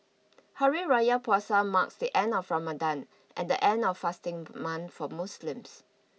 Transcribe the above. Hari Raya Puasa marks the end of Ramadan and the end of fasting for Muslims